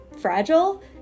fragile